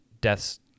death's